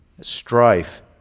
strife